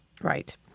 Right